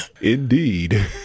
Indeed